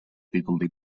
títol